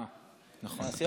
אלון שוסטר.